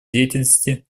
деятельности